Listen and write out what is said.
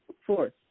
Fourth